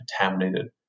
contaminated